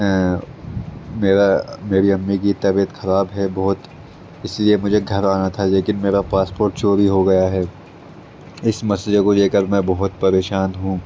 میرا میری امی کی طبیعت خراب ہے بہت اس لیے مجھے گھر آنا تھا لیکن میرا پاسپورٹ چوری ہو گیا ہے اس مسئلے کو لے کر میں بہت پریشان ہوں